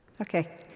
Okay